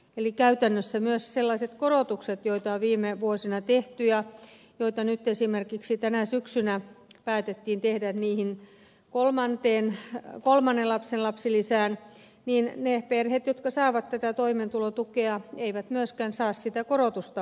eli käytännössä myös sellaiset korotukset joita on viime vuosina tehty ja joita nyt esimerkiksi tänä syksynä päätettiin tehdä kolmannen lapsen lapsilisiin jäävät saamatta niiltä perheiltä jotka saavat toimeentulotukea eivät myöskään saa sitä korotusta